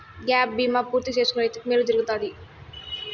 gap బీమా పూర్తి చేసుకున్న వ్యక్తికి మేలు జరుగుతాది